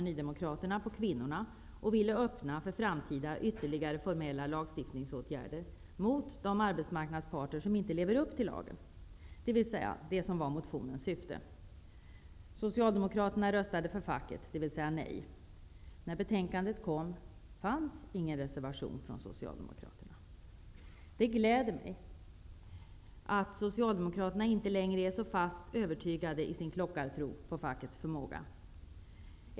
Nydemokraterna på kvinnorna och ville öppna för framtida ytterligare formella lagstiftningsåtgärder mot de arbetsmarknadsparter som inte lever upp till lagen, dvs. det som var motionens syfte. När betänkandet kom fanns det emellertid ingen reservation från Socialdemokraterna. Det gläder mig att Socialdemokraterna inte längre är så fast övertygade i sin klockartro på fackets förmåga.